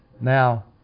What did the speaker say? now